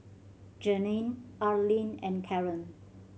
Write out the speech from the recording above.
Jeanine Arlene and Karon